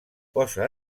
posa